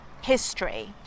history